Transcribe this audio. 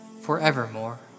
forevermore